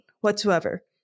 whatsoever